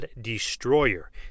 destroyer